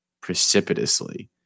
precipitously